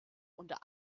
unter